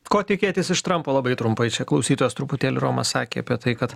ko tikėtis iš trampo labai trumpai čia klausytojas truputėlį romas sakė apie tai kad